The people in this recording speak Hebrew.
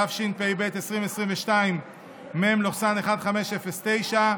התשפ"ב 2022, מ/509,